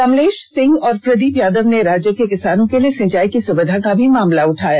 कमलेष सिंह और प्रदीप यादव ने राज्य के किसानों के लिए सिंचाई की सुविधा का भी मामला उठाया